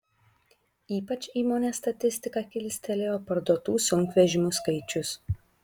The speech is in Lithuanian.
ypač įmonės statistiką kilstelėjo parduotų sunkvežimių skaičius